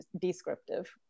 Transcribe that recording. descriptive